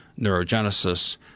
neurogenesis